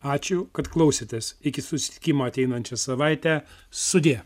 ačiū kad klausėtės iki susitikimo ateinančią savaitę sudie